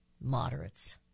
Moderates